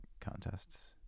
contests